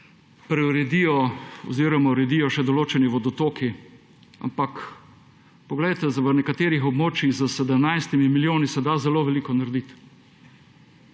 preuredijo oziroma uredijo še določeni vodotoki. Ampak poglejte, na nekaterih območjih se s 17 milijoni da zelo veliko narediti.